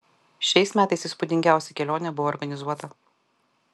šiais metais įspūdingiausia kelionė buvo organizuota